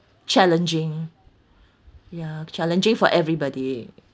challenging ya challenging for everybody